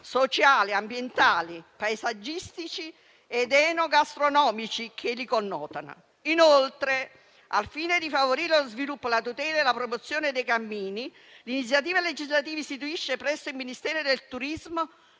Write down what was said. sociali, ambientali, paesaggistici ed enogastronomici che li connotano. Inoltre, al fine di favorire lo sviluppo, la tutela e la promozione dei cammini, l'iniziativa legislativa istituisce presso il Ministero del turismo